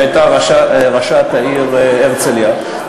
שהייתה ראשת העיר הרצלייה,